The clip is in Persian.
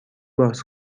باز